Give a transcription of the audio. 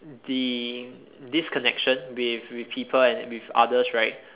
the disconnection with people and with others right